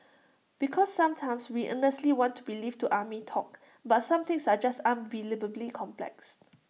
because sometimes we earnestly want to believe to army talk but some things are just unbelievably complex